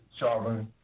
Charlene